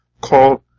called